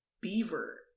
Beaver